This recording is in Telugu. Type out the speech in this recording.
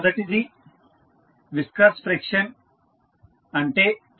మొదటిది విస్కస్ ఫ్రిక్షన్ అంటే టార్క్ TtBdθdt